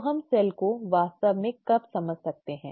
तो हम सेल को वास्तव में कब समझ सकते हैं